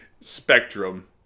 spectrum